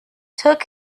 took